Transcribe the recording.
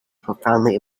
profoundly